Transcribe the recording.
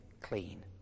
clean